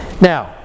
Now